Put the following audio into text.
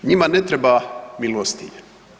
Njima ne treba milostinja.